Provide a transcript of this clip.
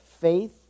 faith